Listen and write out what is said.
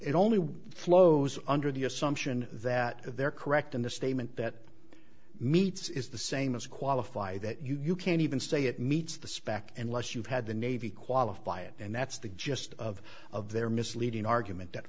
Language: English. it only flows under the assumption that they're correct and the statement that meets is the same as qualify that you can't even say it meets the spec unless you've had the navy qualify it and that's the gist of of their misleading argument that